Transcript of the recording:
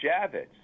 Javits